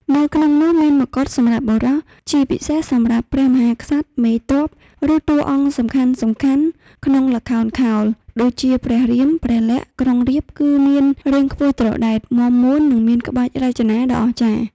នៅក្នុងនោះមានមកុដសម្រាប់បុរស ជាពិសេសសម្រាប់ ព្រះមហាក្សត្រ មេទ័ព ឬតួអង្គសំខាន់ៗក្នុងល្ខោនខោល ដូចជាព្រះរាម ព្រះលក្ខណ៍ ក្រុងរាពណ៍គឺមាន រាងខ្ពស់ត្រដែត មាំមួន និងមានក្បាច់រចនាដ៏អស្ចារ្យ។